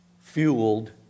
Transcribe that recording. fueled